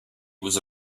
was